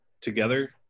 together